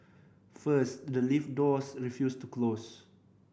first the lift doors refused to close